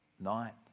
night